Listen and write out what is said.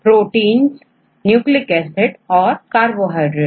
छात्र protein protein nucleic acid carbohydrate